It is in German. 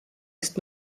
ist